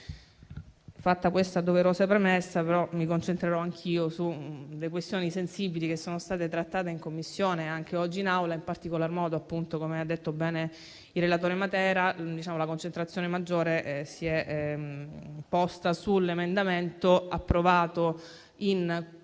Fatta questa doverosa premessa, mi concentrerò anch'io sulle questioni sensibili trattate in Commissione e anche oggi in Aula. In particolar modo - come ha detto bene il relatore Matera - la concentrazione maggiore si è posta sull'emendamento, approvato in Aula